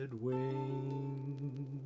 wings